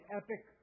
epic